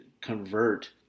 convert